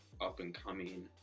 up-and-coming